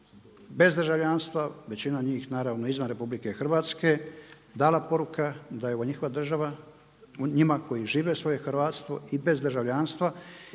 bez državljanstva većina njih naravno izvan RH dala poruka da evo njihova država njima koji žive svoje hrvatstvo i bez državljanstva